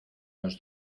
los